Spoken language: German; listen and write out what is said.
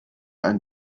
ein